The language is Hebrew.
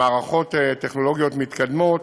במערכות טכנולוגיות מתקדמות,